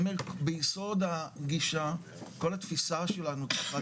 אני אומר ביסוד הגישה כל התפיסה שלנו צריכה